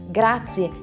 grazie